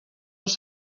els